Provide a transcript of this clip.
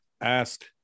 ask